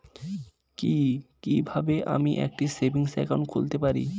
কি কিভাবে আমি একটি সেভিংস একাউন্ট খুলতে পারি?